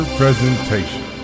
Presentation